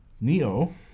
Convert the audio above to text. Neo